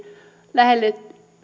lähelle